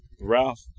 Ralph